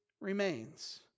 remains